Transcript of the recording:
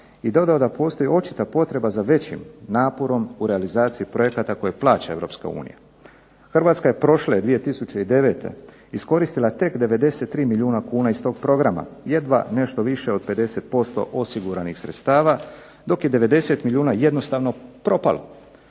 i dodao da postoji očita potreba za većim naporom u realizaciji projekata koje plaća Europska unija. Hrvatska je prošle 2009. iskoristila tek 93 milijuna kuna iz tog programa, jedva nešto više od 50% osiguranih sredstava dok je 90 milijuna jednostavno propalo.